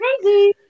Crazy